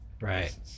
Right